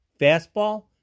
Fastball